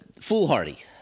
foolhardy